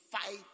fight